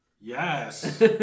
Yes